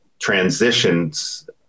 transitions